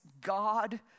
God